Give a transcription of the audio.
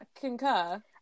concur